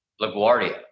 LaGuardia